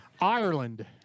Ireland